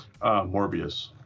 Morbius